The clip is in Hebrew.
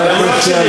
מסכן, לרחם עליך.